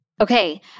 Okay